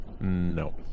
no